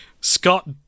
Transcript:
Scott